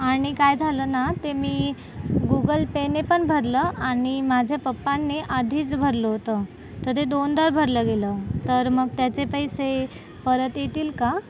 आणि काय झालं ना ते मी गुगल पे ने पण भरलं आणि माझ्या पप्पांनी आधीच भरलं होतं तर ते दोनदा भरलं गेलं तर मग त्याचे पैसे परत येतील का